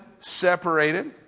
separated